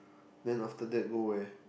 then after that go where